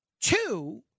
Two